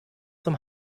zum